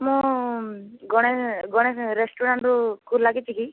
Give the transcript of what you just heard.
ମୁଁ ଗଣେଶ ଗଣେଶ ରେଷ୍ଟୁରାଣ୍ଟ୍କୁ ଲାଗିଛି କି